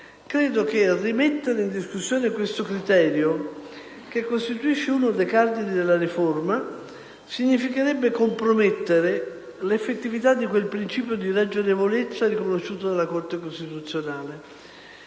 Credo che, rimettere in discussione questo criterio - che costituisce uno dei cardini della riforma - significherebbe compromettere l'effettività di quel principio di ragionevolezza riconosciuto dalla Corte costituzionale.